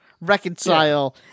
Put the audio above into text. reconcile